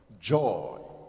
joy